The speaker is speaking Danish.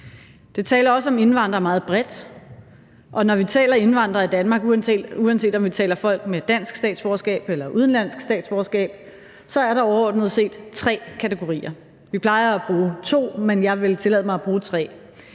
Det taler også om indvandrere meget bredt, og når vi taler om indvandrere i Danmark, uanset om vi taler om folk med dansk statsborgerskab eller udenlandsk statsborgerskab, er der overordnet set tre kategorier. Vi plejer at bruge to, men jeg vil tillade mig at bruge tre.